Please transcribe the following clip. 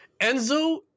Enzo